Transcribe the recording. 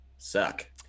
suck